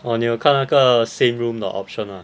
oh 你有看那个 same room 的 option mah